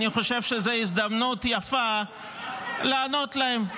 אני חושב שז הזדמנות יפה לענות להם.